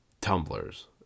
tumblers